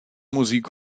musik